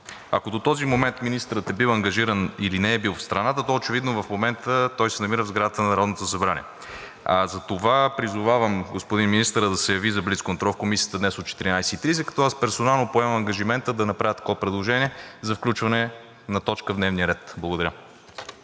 Ако до този момент министърът е бил ангажиран или не е бил в страната, то очевидно в момента той се намира в сградата на Народното събрание. Затова призовавам господин министъра да се яви за блицконтрол в Комисията днес от 14,30 ч., като аз персонално поемам ангажимента да направя такова предложение за включване на точка в дневния ред. Благодаря.